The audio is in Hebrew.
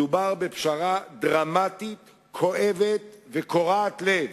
מדובר בפשרה דרמטית כואבת וקורעת לב,